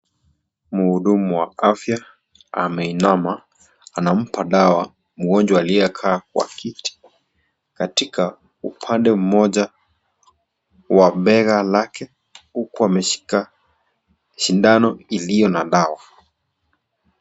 Mhudumu wa afya ameinama anampa dawa mgonjwa aliyekaa kwa kiti katika upande mmoja wa bega lake huku ameshika shindano iliyo na dawa.